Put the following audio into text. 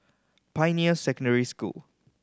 Pioneer Secondary School